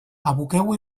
aboqueu